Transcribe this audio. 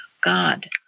God